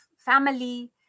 family